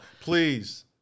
please